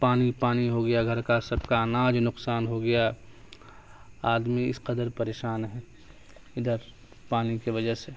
پانی پانی ہو گیا گھر کا سب کا اناج نقصان ہو گیا آدمی اس قدر پریشان ہے ادھر پانی کے وجہ سے